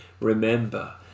remember